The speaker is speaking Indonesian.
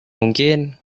mungkin